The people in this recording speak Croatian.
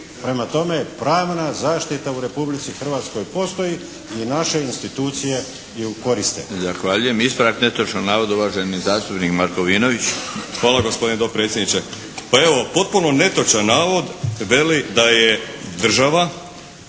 Prema tome, pravna zaštita u Republici Hrvatskoj postoji i naše institucije ju koriste.